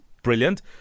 brilliant